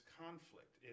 conflict